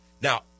Now